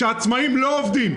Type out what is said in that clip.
כשהעצמאים לא עובדים,